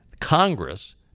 Congress